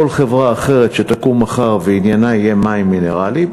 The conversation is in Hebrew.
חברה אחרת שתקום מחר ועניינה יהיה מים מינרליים,